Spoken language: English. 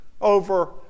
over